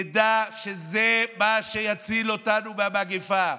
נדע שזה מה שיציל אותנו מהמגפה,